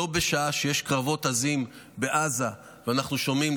לא בשעה שיש קרבות עזים בעזה ואנחנו שומעים,